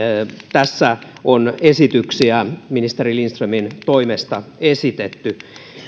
tässä on esityksiä ministeri lindströmin toimesta esitetty